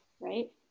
right